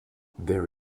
there